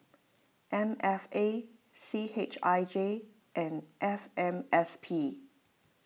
M F A C H I J and F M S P